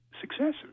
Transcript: successes